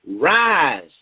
Rise